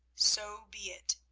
so be it,